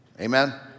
Amen